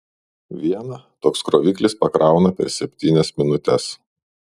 vieną toks kroviklis pakrauna per septynias minutes